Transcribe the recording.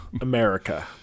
America